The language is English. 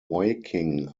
waking